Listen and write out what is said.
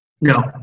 No